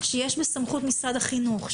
שיש בסמכות משרד החינוך,